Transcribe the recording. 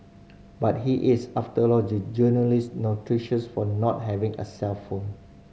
but he is after all the journalist notorious for not having a cellphone